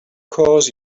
course